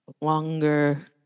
Longer